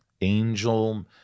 angel